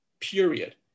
period